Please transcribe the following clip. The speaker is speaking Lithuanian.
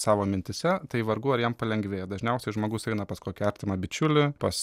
savo mintyse tai vargu ar jam palengvėja dažniausiai žmogus eina pas kokį artimą bičiulį pas